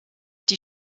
die